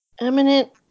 Eminent